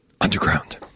underground